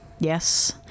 Yes